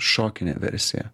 šokinė versija